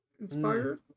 inspired